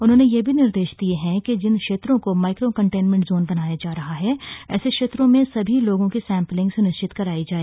उन्होंने यह भी निर्देश दिये है कि जिन क्षेत्रों को माइको कन्टेनमेंट जोन बनाया जा रहा है ऐसे क्षेत्रों में सभी लोगों की सैंपलिंग सुनिश्चित कराया जाए